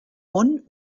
amunt